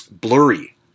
blurry